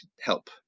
help